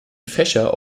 fächer